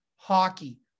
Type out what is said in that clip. hockey